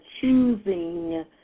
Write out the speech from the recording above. choosing